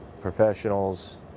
professionals